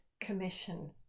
commission